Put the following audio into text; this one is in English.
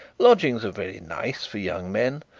lodgings are very nice for young men,